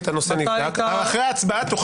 עכשיו?